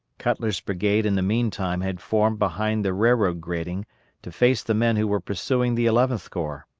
cutler's brigade in the meantime had formed behind the railroad grading to face the men who were pursuing the eleventh corps.